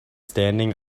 standing